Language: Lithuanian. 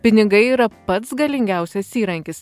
pinigai yra pats galingiausias įrankis